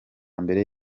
mbere